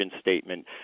statement